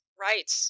Right